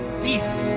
peace